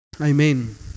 amen